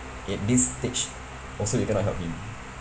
at this stage also you cannot help him